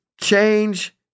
change